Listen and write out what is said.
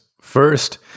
first